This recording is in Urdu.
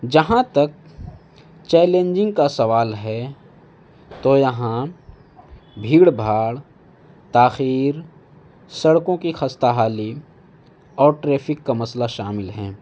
جہاں تک چیلنجنگ کا سوال ہے تو یہاں بھیڑ بھاڑ تاخیر سڑکوں کی خستہ حالی اور ٹریفک کا مسئلہ شامل ہیں